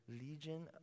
legion